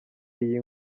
iyi